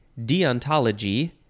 deontology